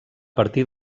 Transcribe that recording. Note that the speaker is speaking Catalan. partir